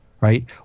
Right